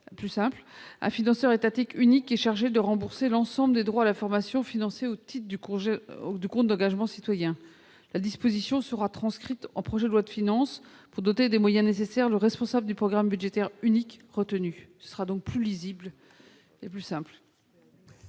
un financeur étatique unique sera chargé de rembourser l'ensemble des droits à la formation financés au titre de ce compte. La disposition sera transcrite en loi de finances pour doter des moyens nécessaires le responsable du programme budgétaire unique qui sera retenu. Ce sera donc plus lisible et plus simple.